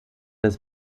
das